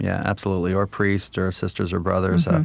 yeah absolutely or priests or or sisters or brothers.